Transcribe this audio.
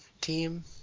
team